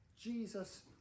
Jesus